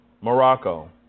Morocco